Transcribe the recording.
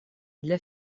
для